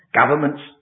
governments